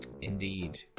Indeed